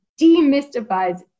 demystifies